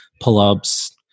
pull-ups